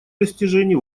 достижений